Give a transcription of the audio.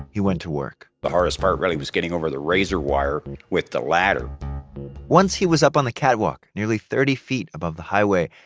he went to work the hardest part, really, was getting over the razor wire with the ladder once he was up on the catwalk, nearly thirty feet above the highway,